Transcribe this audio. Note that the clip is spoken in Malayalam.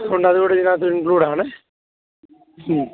ഉണ്ട് അതുകൂടെ ഇതിനകത്ത് ഇൻക്ലൂട് ആണ്